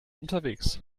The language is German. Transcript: unterwegs